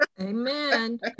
Amen